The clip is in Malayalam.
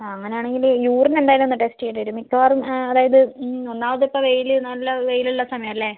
ആ അങ്ങനെ ആണെങ്കിൽ യൂറിൻ എന്തായാലും ഒന്ന് ടെസ്റ്റ് ചെയ്യേണ്ടി വരും മിക്കവാറും അതായത് ഒന്നാമത് ഇപ്പോൾ വെയിൽ നല്ല വെയിലുള്ള സമയമല്ലേ